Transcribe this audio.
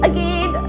Again